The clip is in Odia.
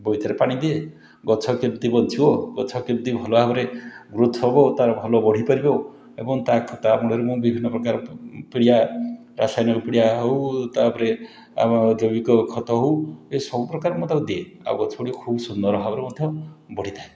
ବଗିଚାରେ ପାଣି ଦିଏ ଗଛ କେମିତି ବଞ୍ଚିବ ଗଛ କେମିତି ଭଲ ଭାବରେ ଗ୍ରୋଥ୍ ହେବ ତାର ଭଲ ବଢ଼ିପାରିବ ଏବଂ ତା' ମୂଳରେ ମୁଁ ବିଭିନ୍ନପ୍ରକାର ପିଡ଼ିଆ ରାସାୟନିକ ପିଡ଼ିଆ ହେଉ ତା'ପରେ ଆମର ଯେଉଁ ଜୈବିକ ଖତ ହେଉ ଏ ସବୁପ୍ରକାର ମୁଁ ତାକୁ ଦିଏ ଆଉ ଗଛଗୁଡ଼ିକ ଖୁବ୍ ସୁନ୍ଦର ଭାବରେ ମଧ୍ୟ ବଢ଼ିଥାଏ